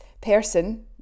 person